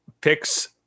picks